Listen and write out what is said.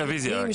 רביזיה.